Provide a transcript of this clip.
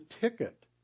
ticket